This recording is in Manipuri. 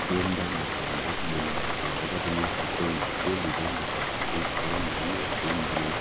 ꯆꯦꯟꯕ ꯃꯇꯝꯗ ꯃꯨꯟꯅ ꯌꯦꯡꯒꯗꯕꯅꯤ ꯃꯈꯣꯏꯅ ꯆꯦꯜꯂꯤꯕ ꯃꯇꯧ ꯑꯗꯨ ꯀꯔꯝ ꯍꯥꯏꯅ ꯆꯦꯟꯕꯅꯣ